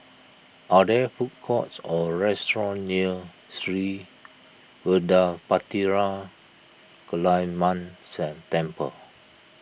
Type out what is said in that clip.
are there food courts or restaurants near Sri Vadapathira Kaliamman set Temple